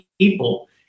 people